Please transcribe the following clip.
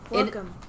Welcome